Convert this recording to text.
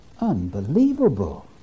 Unbelievable